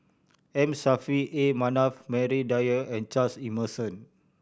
M Saffri A Manaf Maria Dyer and Charles Emmerson